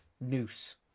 noose